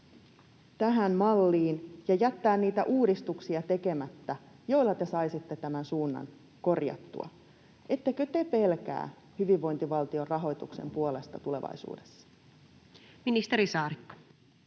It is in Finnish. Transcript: tähän malliin ja jättää tekemättä niitä uudistuksia, joilla te saisitte tämän suunnan korjattua? Ettekö te pelkää hyvinvointivaltion rahoituksen puolesta tulevaisuudessa? [Speech 435]